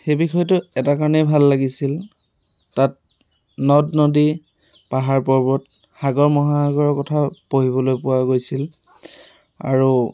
সেই বিষয়টো এটা কাৰণেই ভাল লাগিছিল তাত নদ নদী পাহাৰ পৰ্বত সাগৰ মহাসাগৰৰ কথাও পঢ়িবলৈ পোৱা গৈছিল আৰু